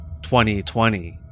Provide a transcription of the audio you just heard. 2020